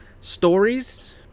stories